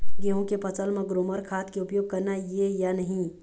गेहूं के फसल म ग्रोमर खाद के उपयोग करना ये या नहीं?